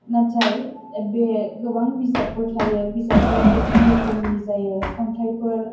नाथाय बे गोबां बिजाबफोर थायो बिजाबफोरा रोखोम रोखोमनि जायो खन्थाइफोर